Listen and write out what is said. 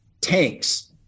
tanks